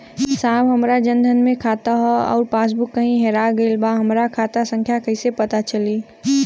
साहब हमार जन धन मे खाता ह अउर पास बुक कहीं हेरा गईल बा हमार खाता संख्या कईसे पता चली?